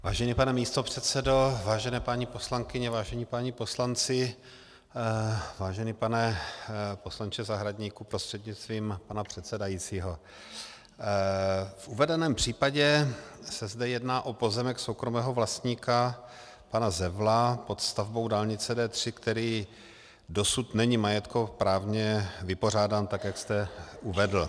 Vážený pane místopředsedo, vážené paní poslankyně, vážení páni poslanci, vážený pane poslanče Zahradníku, prostřednictvím pane předsedajícího, v uvedeném případě se zde jedná o pozemek soukromého vlastníka pana Zevla pod stavbou dálnice D3, který dosud není majetkoprávně vypořádán, tak jak jste uvedl.